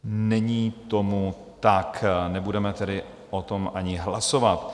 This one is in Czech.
Není tomu tak, nebudeme tedy o tom ani hlasovat.